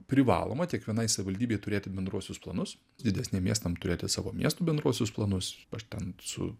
privaloma kiekvienai savivaldybei turėti bendruosius planus didesniem miestam turėti savo miestų bendruosius planus aš ten su